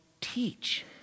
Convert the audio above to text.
teach